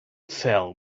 fell